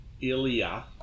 Ilya